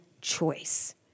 choice